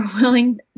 willing